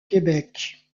québec